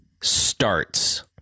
starts